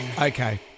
Okay